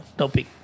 topic